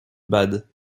bade